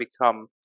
become